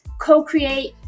co-create